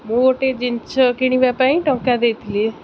ମୁଁ ଗୋଟେ ଜିନିଷ କିଣିବା ପାଇଁ ଟଙ୍କା ଦେଇଥିଲି